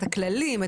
את הכללים,